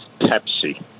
Pepsi